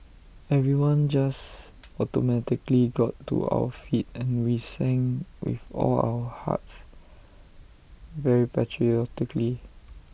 everyone just automatically got to our feet and we sang with all of our hearts very patriotically